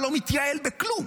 אתה לא מתייעל בכלום.